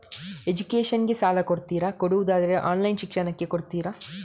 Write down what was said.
Education ಗೆ ಸಾಲ ಕೊಡ್ತೀರಾ, ಕೊಡುವುದಾದರೆ ಆನ್ಲೈನ್ ಶಿಕ್ಷಣಕ್ಕೆ ಕೊಡ್ತೀರಾ?